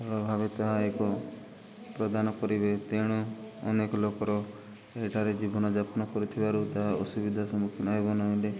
ଭଲ ଭାବେ ତାହା ଏକ ପ୍ରଦାନ କରିବେ ତେଣୁ ଅନେକ ଲୋକର ଏଠାରେ ଜୀବନ ଯାପନ କରୁଥିବାରୁ ତାହା ଅସୁବିଧା ସମ୍ମୁଖୀନ ହେବ ନହେଲେ